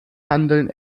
handeln